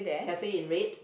cafe in red